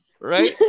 Right